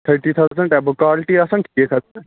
تھٔٹی تھاوزنٛٹ اٮ۪بو کالٹی آسان